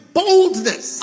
boldness